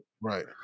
Right